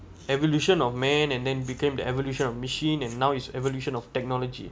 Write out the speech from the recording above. evolution of man and then became the evolution of machine and now it's evolution of technology